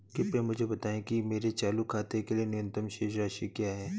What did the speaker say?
कृपया मुझे बताएं कि मेरे चालू खाते के लिए न्यूनतम शेष राशि क्या है?